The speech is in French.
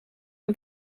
une